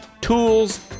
tools